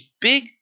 big